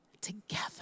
Together